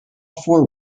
four